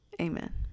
Amen